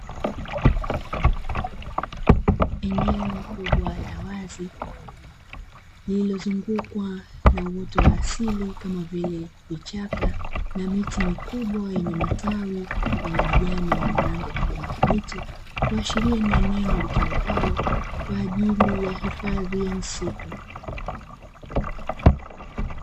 Eneo kubwa la wazi lililozungukwa na uoto wa asili kama vile vichaka, na miti mikubwa yenye matawi yenye majani yenye rangi ya kijani kibichi, kuashiria ni eneo litumikalo kwa ajili ya hifadhi ya msitu.